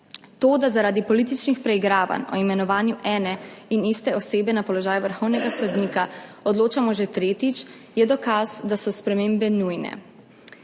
To, da zaradi političnih preigravanj o imenovanju ene in iste osebe na položaj vrhovnega sodnika odločamo že tretjič, je dokaz, da so spremembe nujne,